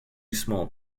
small